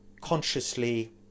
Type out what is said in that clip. consciously